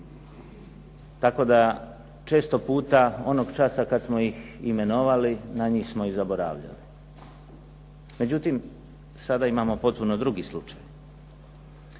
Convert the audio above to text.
tako da često puta onog časa kad smo ih imenovali na njih smo i zaboravljali. Međutim, sada imamo potpuno drugi slučaj.